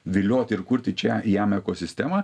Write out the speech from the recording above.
vilioti ir kurti čia jam ekosistemą